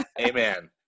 amen